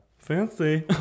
Fancy